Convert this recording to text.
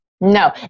No